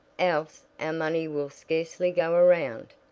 else our money will scarcely go around.